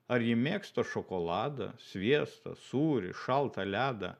ar ji mėgsta šokoladą sviestą sūrį šaltą ledą